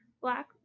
black